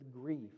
grief